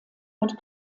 und